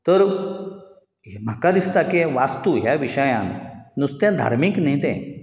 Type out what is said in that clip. तर हें म्हाका दिसता के वास्तू ह्या विशयान नुस्तें धार्मीक न्ही तें